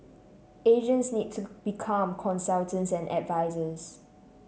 agents need to become consultants and advisers